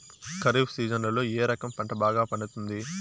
ఖరీఫ్ సీజన్లలో ఏ రకం పంట బాగా పండుతుంది